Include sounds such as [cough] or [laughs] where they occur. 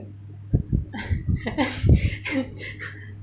[laughs]